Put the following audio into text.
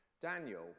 Daniel